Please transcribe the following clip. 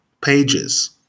pages